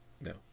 No